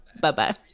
bye-bye